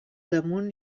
damunt